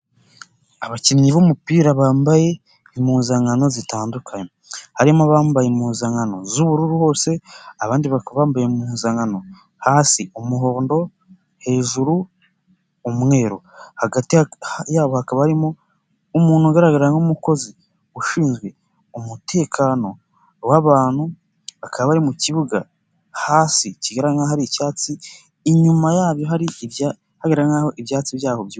Abakinnyi b'umupira bambaye impuzankano zitandukanye, harimo abambaye impuzankano z'ubururu hose, abandi bambaye impuzankano hasi umuhondo, hejuru umweru, hagati yabo hakaba harimo umuntu ugaragara nk'umukozi ushinzwe umutekano w'abantu, bakaba bari mu kibuga hasi kigaragara nk'aho icyatsi inyuma yabyo hari hagaragara nk'aho ibyatsi byaho byumye.